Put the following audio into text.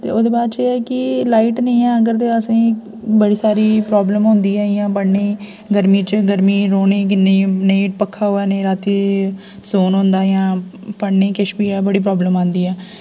ते ओह्दे बाच एह् ऐ की लाइट निं ऐ अगर असें गी बड़ी सारी प्रॉब्लम होंदी ऐ इ'यां पढ़ने ई गरमी च गरमी रौह्ने ई इ'न्नी ते नेईं पक्खा होऐ नेईं रातीं सोन होंदा जां पढ़ने ई किश बी ऐ बड़ी प्रॉब्लम आंदी ऐ